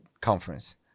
conference